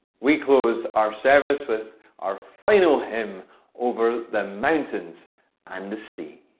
we close our service with our final hymn over the mountains and the sea.